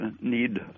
need